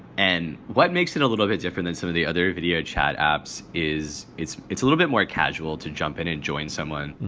and what makes it a little bit different than some of the other video chat apps is it's it's a little bit more casual to jump in and join someone.